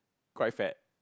quite fat